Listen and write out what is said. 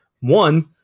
one-